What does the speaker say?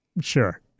Sure